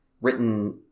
written